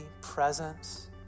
presence